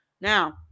now